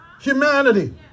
humanity